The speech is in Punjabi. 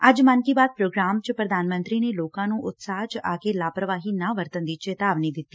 ਅੱਜ ਮਨ ਕੀ ਬਾਤ ਪ੍ਰੋਗਰਾਮ 'ਚ ਪ੍ਰਧਾਨ ਮੰਤਰੀ ਨੇ ਲੋਕਾਂ ਨੂੰ ਉਤਸਾਹ 'ਚ ਆਕੇ ਲਾਪਰਵਾਹੀ ਨਾ ਵਰਤਣ ਦੀ ਚੇਤਾਵਨੀ ਦਿੱਤੀ